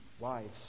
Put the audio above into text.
wives